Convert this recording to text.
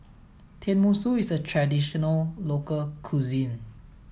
Tenmusu is a traditional local cuisine